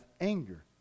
anger